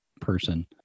person